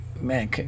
man